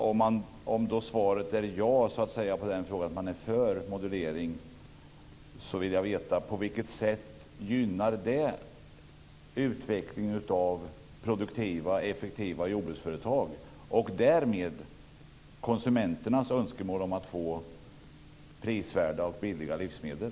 Om man är för modulering vill jag veta på vilket sätt denna gynnar utvecklingen av produktiva och effektiva jordbruksföretag och därmed konsumenternas önskemål om prisvärdiga och billiga livsmedel.